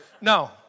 No